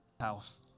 House